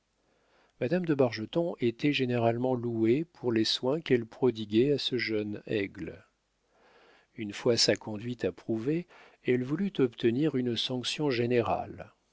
madame de bargeton était généralement louée pour les soins qu'elle prodiguait à ce jeune aigle une fois sa conduite approuvée elle voulut obtenir une sanction générale